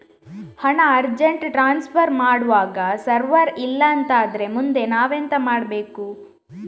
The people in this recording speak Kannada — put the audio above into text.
ಹಣ ಅರ್ಜೆಂಟ್ ಟ್ರಾನ್ಸ್ಫರ್ ಮಾಡ್ವಾಗ ಸರ್ವರ್ ಇಲ್ಲಾಂತ ಆದ್ರೆ ಮುಂದೆ ನಾವೆಂತ ಮಾಡ್ಬೇಕು?